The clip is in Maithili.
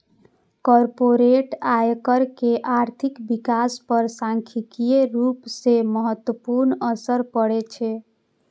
कॉरपोरेट आयकर के आर्थिक विकास पर सांख्यिकीय रूप सं महत्वपूर्ण असर पड़ै छै